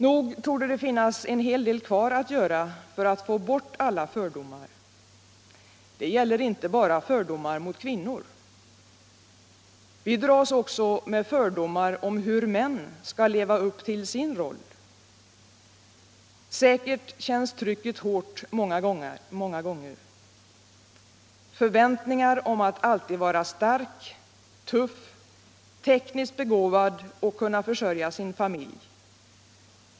Nog torde det finnas en hel del kvar att göra för att få bort alla fördomar. Det gäller inte bara fördomar mot kvinnor. Vi dras också med fördomar om hur män skall leva upp till sin roll. Säkert känns trycket hårt många gånger av förväntningar om att alltid vara stark, tuff, tekniskt begåvad och kunna försörja sin familj.